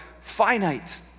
finite